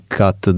cut